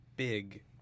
big